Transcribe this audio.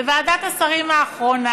בוועדת השרים האחרונה,